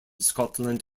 scotland